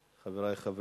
חברי חברי הכנסת,